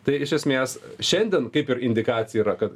tai iš esmės šiandien kaip ir indikacija yra kad